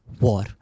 war